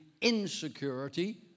insecurity